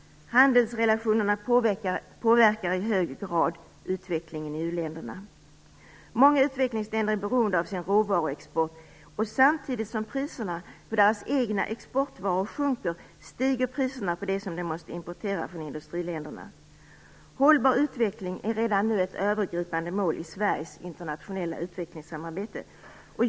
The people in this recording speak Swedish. Handelsrelationerna påverkar i hög grad utvecklingen i u-länderna. Många utvecklingsländer är beroende av sin råvaruexport, och samtidigt som priserna på deras egna exportvaror sjunker, stiger priserna på det som de måste importera från industriländerna. En hållbar utveckling är redan nu ett övergripande mål i Sveriges internationella utvecklingssamarbete.